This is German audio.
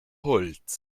holz